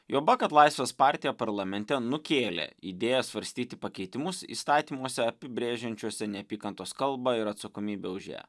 juoba kad laisvės partija parlamente nukėlė idėją svarstyti pakeitimus įstatymuose apibrėžiančiuose neapykantos kalbą ir atsakomybę už ją